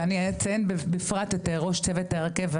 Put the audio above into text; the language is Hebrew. ואני אציין בפרט את ראש צוות ההרכב,